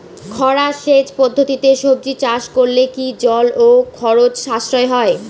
খরা সেচ পদ্ধতিতে সবজি চাষ করলে কি জল ও খরচ সাশ্রয় হয়?